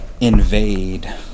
invade